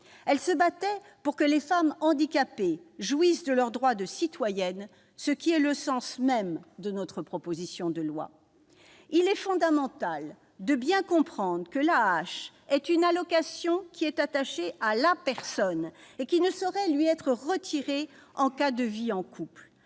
Elle se battait pour que les femmes handicapées jouissent de leurs droits de citoyennes, ce qui est le sens même de notre proposition de loi. Il est fondamental de bien comprendre que l'AAH est une allocation attachée à la personne et qu'elle ne saurait être retirée en cas de vie de couple.